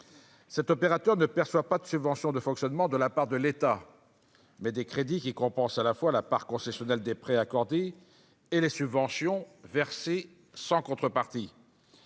Cet opérateur ne perçoit pas de subventions de fonctionnement de la part de l'État, mais il perçoit des crédits qui compensent à la fois la part concessionnelle des prêts accordés et les subventions versées sans contrepartie.